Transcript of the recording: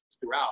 throughout